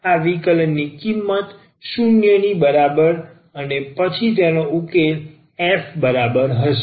આ વિકલન ની કિંમત 0 ની બરાબર અને પછી તેનો ઉકેલ f બરાબર હશે